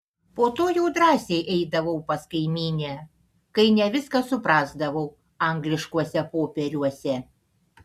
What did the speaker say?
po to jau drąsiai eidavau pas kaimynę kai ne viską suprasdavau angliškuose popieriuose